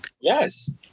Yes